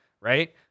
Right